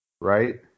Right